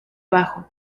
bajo